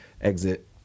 exit